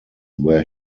where